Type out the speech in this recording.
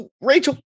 Rachel